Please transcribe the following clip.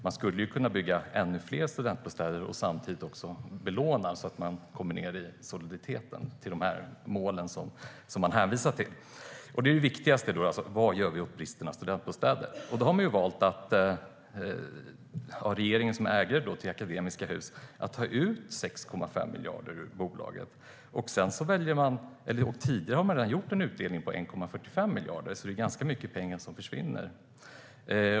Man skulle kunna bygga ännu fler och samtidigt belåna så att man kommer ned i soliditet, till de mål som statsrådet hänvisar till. Det viktigaste är vad vi gör åt bristen på studentbostäder. Regeringen, som är ägare till Akademiska Hus, har valt att ta ut 6,5 miljarder ur bolaget. Man har redan tidigare gjort en utdelning på 1,45 miljarder. Det är ganska mycket pengar som försvinner.